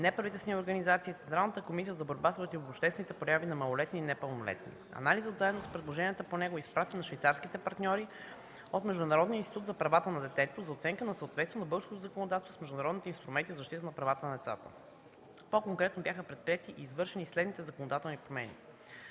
неправителствени организации и Централната комисия за борба срещу противообществените прояви на малолетните и непълнолетните. Анализът, заедно с предложенията по него, е изпратен на швейцарските партньори от Международния институт за правата на детето за оценка на съответствие на българското законодателство с международните инструменти за защита на правата на децата. По-конкретно, бяха предприети и извършени следните законодателни промени: